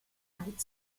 united